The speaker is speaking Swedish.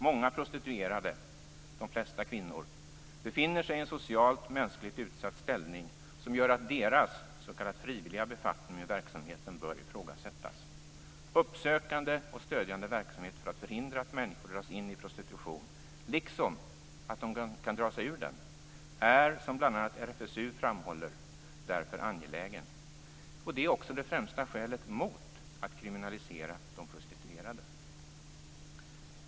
Många prostituerade, de flesta kvinnor, befinner sig i en socialt och mänskligt utsatt ställning, som gör att deras "frivilliga" befattning med verksamheten bör ifrågasättas. Uppsökande och stödjande verksamhet för att förhindra att människor dras in i prostitution liksom för att möjliggöra att de kan dra sig ur den är, som bl.a. RFSU framhåller, därför angelägen. Det är också det främsta skälet mot att kriminalisera de prostituerade.